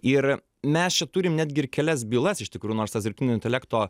ir mes čia turim netgi ir kelias bylas iš tikrų nors tas dirbtinio intelekto